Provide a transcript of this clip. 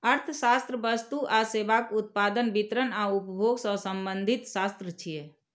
अर्थशास्त्र वस्तु आ सेवाक उत्पादन, वितरण आ उपभोग सं संबंधित शास्त्र छियै